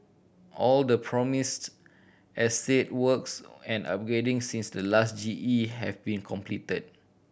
all the promised estate works and upgrading since the last G E have been completed